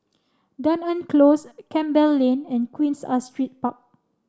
Dunearn Close Campbell Lane and Queen Astrid Park